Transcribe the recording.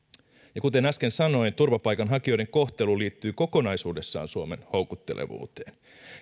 kuten äsken sanoin turvapaikanhakijoiden kohtelu liittyy kokonaisuudessaan suomen houkuttelevuuteen